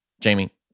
Jamie